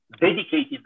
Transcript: dedicated